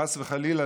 חס וחלילה,